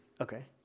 Okay